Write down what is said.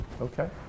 Okay